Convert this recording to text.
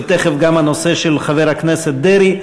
ותכף גם הנושא של חבר הכנסת דרעי.